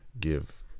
give